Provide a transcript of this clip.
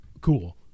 Cool